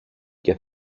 και